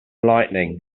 lightning